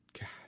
God